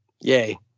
yay